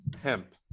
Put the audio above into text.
hemp